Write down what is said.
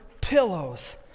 pillows